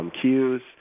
cues